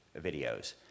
videos